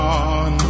on